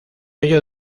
ello